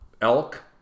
Elk